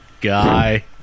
guy